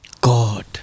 God